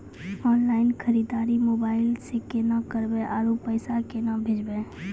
Online खरीददारी mobile से केना करबै, आरु पैसा केना भेजबै?